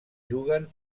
juguen